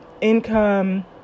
income